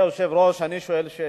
אדוני היושב-ראש, אני שואל שאלה,